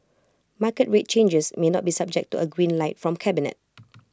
market rate changes may not be subject to A green light from cabinet